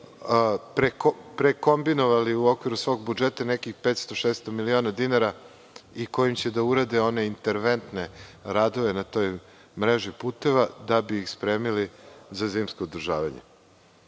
prekombinovali u okviru svog budžeta nekih 500-600 miliona dinara i kojim će da urade one interventne radove na toj mreži puteva da bi ih spremili za zimsko održavanje. Kao